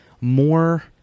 more